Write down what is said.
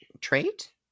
trait